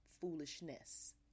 foolishness